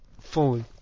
fully